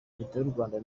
rwanda